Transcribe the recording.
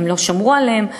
לא שמרו עליהן,